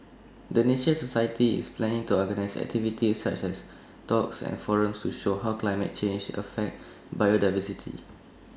the nature society is planning to organise activities such as talks and forums to show how climate change affects biodiversity